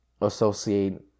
associate